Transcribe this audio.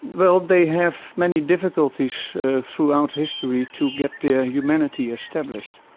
well they have many difficulties throughout history, to get their humanity established,